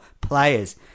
players